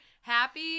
happy